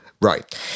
right